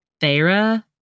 Thera